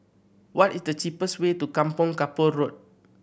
what is the cheapest way to Kampong Kapor Road